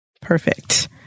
Perfect